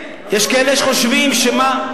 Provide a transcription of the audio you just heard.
יש כאלה שחושבים שמה,